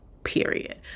period